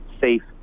safe